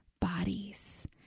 bodies